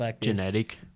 Genetic